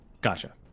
Gotcha